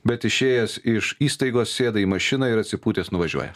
bet išėjęs iš įstaigos sėda į mašiną ir atsipūtęs nuvažiuoja